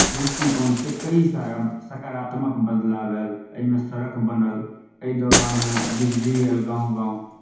दृष्टिकोणसँ कई सारा सकारात्मक बदलाव आयल एहिमे सड़क बनल एहि दौरानमे बिजली आयल गाँव गाँव